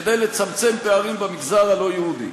כדי לצמצם פערים במגזר הלא-יהודי".